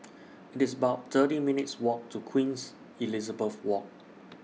It's about thirty minutes' Walk to Queen's Elizabeth Walk